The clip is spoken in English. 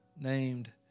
named